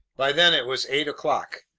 by then it was eight o'clock.